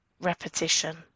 repetition